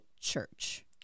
church